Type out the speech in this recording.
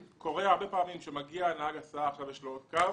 קורה הרבה פעמים שמגיע נהג הסעה ועכשיו יש לו עוד קו,